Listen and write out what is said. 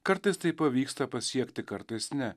kartais tai pavyksta pasiekti kartais ne